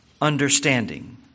understanding